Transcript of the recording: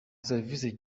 servisi